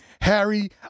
Harry